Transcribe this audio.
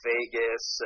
Vegas